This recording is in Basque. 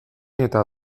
eta